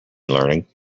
learning